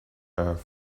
earth